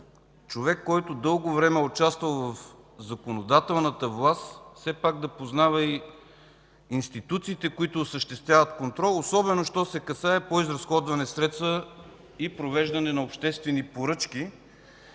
човек, който дълго време е участвал в законодателната власт, все пак да познава и институциите, които осъществяват контрол. Особено що се касае до изразходване на средства и провеждане на обществени поръчки.